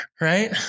Right